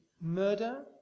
murder